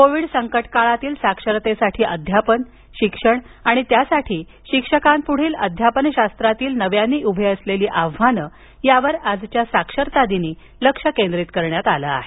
Covid संकटकाळांतील साक्षरतेसाठी अध्यापन शिक्षण आणि त्यासाठी शिक्षकांपूढील अध्यापनशास्त्रातील नव्यानं उभी असलेली आव्हानं यावर आजच्या साक्षरता दिवशी लक्ष कंद्रित करण्यात आलं आहे